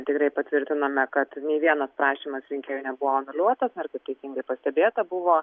tikrai patvirtinome kad nei vienas prašymas rinkėjų nebuvo anuliuotas teisingai pastebėta buvo